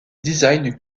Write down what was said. design